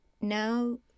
now